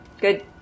Good